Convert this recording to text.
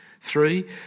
Three